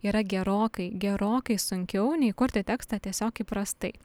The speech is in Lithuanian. yra gerokai gerokai sunkiau nei kurti tekstą tiesiog įprastai